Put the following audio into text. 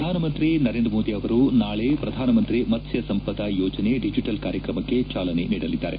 ಪ್ರಧಾನಮಂತ್ರಿ ನರೇಂದ್ರ ಮೋದಿ ಅವರು ನಾಳಿ ಪ್ರಧಾನಮಂತ್ರಿ ಮತ್ಸ್ನ ಸಂಪದ ಯೋಜನೆ ದಿಜಿಟಲ್ ಕಾರ್ಯಕ್ರಮಕ್ಕೆ ಚಾಲನೆ ನೀಡಲಿದ್ದಾರೆ